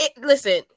listen